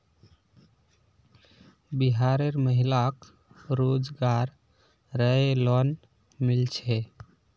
बिहार र महिला क रोजगार रऐ लोन मिल छे